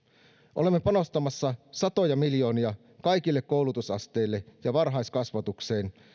olemme panostamassa satoja miljoonia kaikille koulutusasteille ja varhaiskasvatukseen